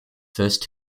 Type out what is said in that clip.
first